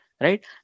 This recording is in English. Right